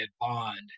bond